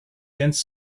dense